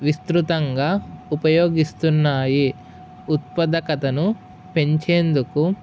విస్తృతంగా ఉపయోగిస్తున్నాయి ఉత్పాదకతను పెంచేందుకు